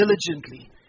diligently